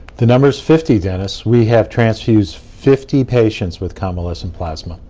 the number is fifty, dennis. we have transfused fifty patients with convalescent plasma.